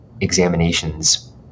examinations